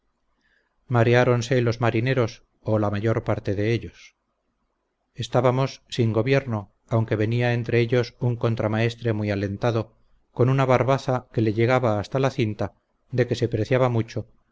nubes marearonse los marineros o la mayor parte de ellos estábamos sin gobierno aunque venía entre ellos un contramaestre muy alentado con una barbaza que le llegaba hasta la cinta de que se preciaba mucho